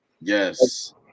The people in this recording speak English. yes